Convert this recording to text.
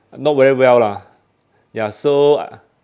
not very well lah ya so